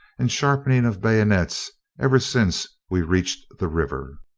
and sharpening of bayonets ever since we reached the river.